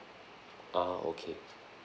ah okay